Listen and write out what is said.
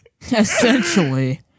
Essentially